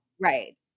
Right